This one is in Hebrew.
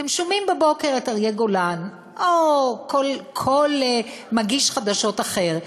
אתם שומעים בבוקר את אריה גולן או כל מגיש חדשות אחר,